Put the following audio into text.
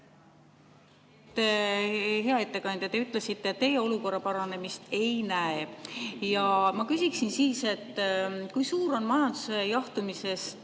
Hea ettekandja! Te ütlesite, et teie olukorra paranemist ei näe. Ja ma küsiksin siis, et kui suur on majanduse jahtumises